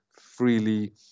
freely